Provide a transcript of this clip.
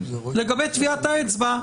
לגבי טביעת האצבע,